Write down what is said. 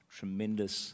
tremendous